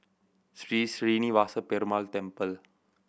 Sri Srinivasa Perumal Temple